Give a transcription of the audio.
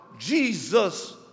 Jesus